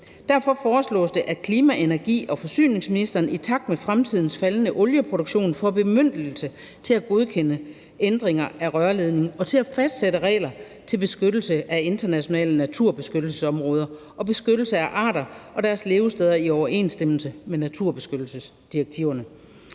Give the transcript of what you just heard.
Derfor foreslås det, at klima-, energi- og forsyningsministeren i takt med fremtidens faldende olieproduktion får bemyndigelse til at godkende ændringer af rørledningen og til at fastsætte regler til beskyttelse af internationale naturbeskyttelsesområder og beskyttelse af arter og deres levesteder i overensstemmelse med naturbeskyttelsesdirektiverne.